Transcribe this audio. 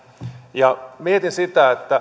mietin sitä että